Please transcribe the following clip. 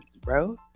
bro